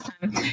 time